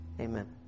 Amen